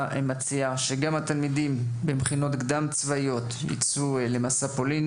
מציעה שגם התלמידים במכינות קדם צבאיות יצאו למסע לפולין,